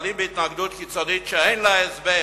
נתקלים בהתנגדות קיצונית שאין לה הסבר